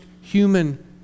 human